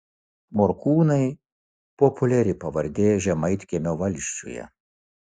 morkūnai populiari pavardė žemaitkiemio valsčiuje